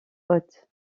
haute